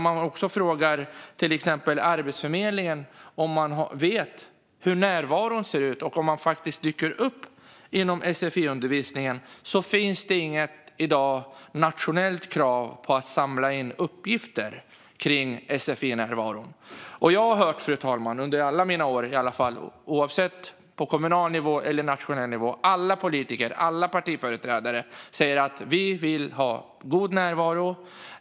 Man frågar till exempel Arbetsförmedlingen om den vet hur närvaron ser ut och om människor faktiskt dyker upp i sfi-undervisningen. I dag finns det inget nationellt krav på att samla in uppgifter om sfi-närvaron. Fru talman! Jag har under alla mina år hört, oavsett om det har varit på kommunal nivå eller nationell nivå, alla politiker och partiföreträdare säga: Vi vill ha god närvaro.